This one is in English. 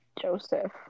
Joseph